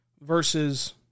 versus